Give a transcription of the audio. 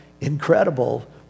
incredible